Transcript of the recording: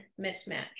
mismatch